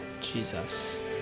Jesus